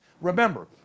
Remember